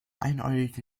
einäugige